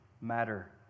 matter